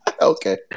Okay